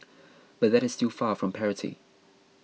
but that is still far from parity